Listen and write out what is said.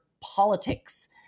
politics